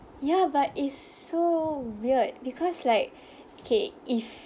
ya but it's so weird because like okay if